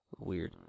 weird